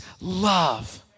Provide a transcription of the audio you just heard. love